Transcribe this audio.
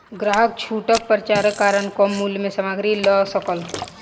ग्राहक छूटक पर्चाक कारण कम मूल्य में सामग्री लअ सकल